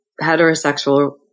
heterosexual